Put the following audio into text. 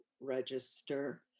register